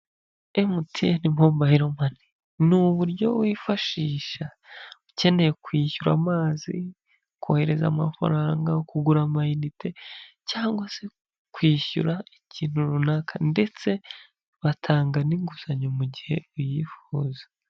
MTN mobayilo mani ni uburyo wifashisha ukeneye kwishyura amazi, kohereza amafaranga, kugura amayinite cyangwa se kwishyura ikintu runaka ndetse batanga n'inguzanyo mu gihe uyifuhuza.